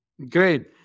Great